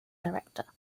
director